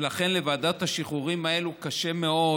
ולכן לוועדות השחרורים האלה קשה מאוד